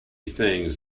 things